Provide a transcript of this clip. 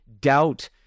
doubt